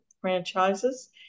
franchises